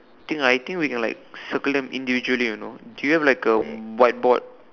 think I think we can like circle them individually you know do you have like a whiteboard